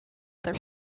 their